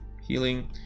healing